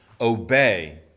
obey